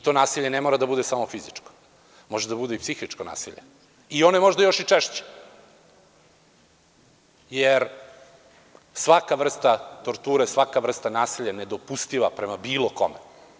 To nasilje ne mora da bude samo fizičko, može da bude i psihičko nasilje i ono je možda još i češće, jer svaka vrsta torture, svaka vrsta nasilja je nedopustiva prema bilo kome.